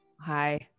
hi